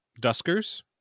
duskers